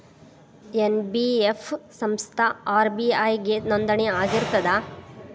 NBF ಸಂಸ್ಥಾ RBI ಗೆ ನೋಂದಣಿ ಆಗಿರ್ತದಾ?